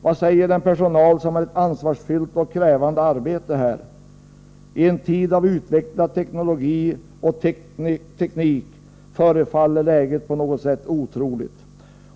Vad säger den personal som har ett ansvarsfyllt och krävande arbete här? I en tid av utvecklad teknologi och teknik förefaller läget på något sätt otroligt.